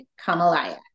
Kamalaya